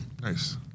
Nice